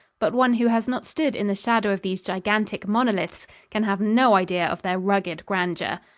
but one who has not stood in the shadow of these gigantic monoliths can have no idea of their rugged grandeur.